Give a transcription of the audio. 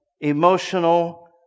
emotional